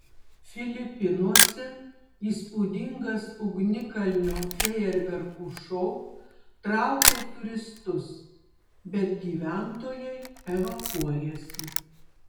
filipinuose įspūdingas ugnikalnio fejerverkų šou traukia turistus bet gyventojai evakuojasi